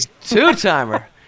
two-timer